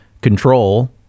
control